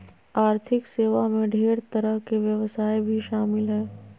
आर्थिक सेवा मे ढेर तरह के व्यवसाय भी शामिल हय